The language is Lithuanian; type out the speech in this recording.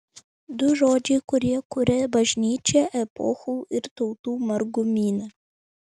du žodžiai kurie kuria bažnyčią epochų ir tautų margumyne